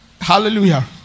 Hallelujah